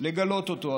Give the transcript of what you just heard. לגלות אותו.